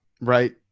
right